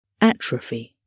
atrophy